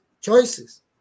choices